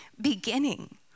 beginning